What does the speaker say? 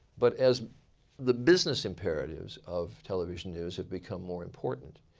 but as the business imperatives of television news have become more important,